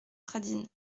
pradines